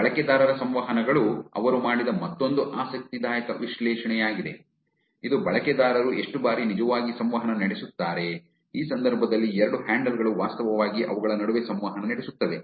ಬಳಕೆದಾರರ ಸಂವಹನಗಳು ಅವರು ಮಾಡಿದ ಮತ್ತೊಂದು ಆಸಕ್ತಿದಾಯಕ ವಿಶ್ಲೇಷಣೆಯಾಗಿದೆ ಇದು ಬಳಕೆದಾರರು ಎಷ್ಟು ಬಾರಿ ನಿಜವಾಗಿ ಸಂವಹನ ನಡೆಸುತ್ತಾರೆ ಈ ಸಂದರ್ಭದಲ್ಲಿ ಎರಡು ಹ್ಯಾಂಡಲ್ ಗಳು ವಾಸ್ತವವಾಗಿ ಅವುಗಳ ನಡುವೆ ಸಂವಹನ ನಡೆಸುತ್ತವೆ